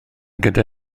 gyda